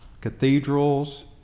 cathedrals